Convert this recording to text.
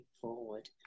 forward